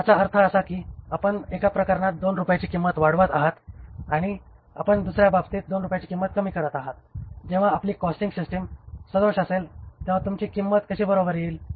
तर याचा अर्थ असा आहे की आपण एका प्रकरणात 2 रुपयांची किंमत वाढवत आहात आणि आपण दुसऱ्या बाबतीत 2 रुपयांची किंमत कमी करत आहात आणि जेव्हा आपली कॉस्टिंग सिस्टीम सदोष असेल तेव्हा तुमची किंमत कशी बरोबर येईल